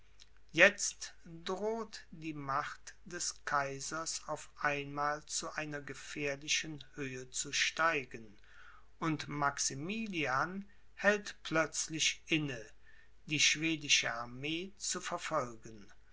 jetzt droht die macht des kaisers auf einmal zu einer gefährlichen höhe zu steigen und maximilian hält plötzlich inne die schwedische armee zu verfolgen